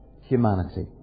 humanity